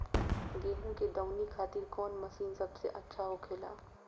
गेहु के दऊनी खातिर कौन मशीन सबसे अच्छा होखेला?